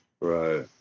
Right